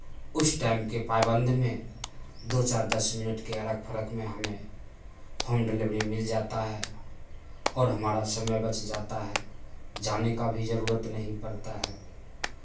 उस टाइम के पाबंद में दो चार दस मिनट के अर्क फर्क में हमें होम डिलिवरी मिल जाता है और हमारा समय बच जाता है जाने का भी जरूरत नहीं पड़ता है